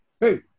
Hey